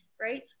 right